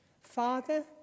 Father